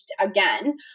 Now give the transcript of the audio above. again